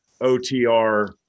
OTR